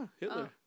Hitler